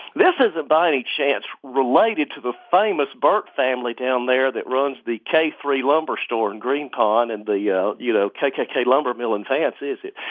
this isn't by any chance related to the famous burt family down there that runs the k three lumber store in green pond and the yeah ah you know kkk lumber mill in vance, is it?